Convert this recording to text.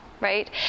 Right